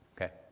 Okay